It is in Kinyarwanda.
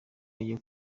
ajya